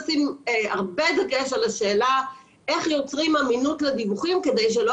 הרבה דגש על השאלה איך יוצרים אמינות לדיווחים כדי שלא